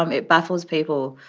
um it baffles people.